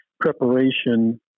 preparation